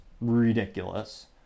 ridiculous